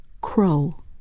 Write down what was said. Crow